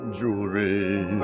jewelry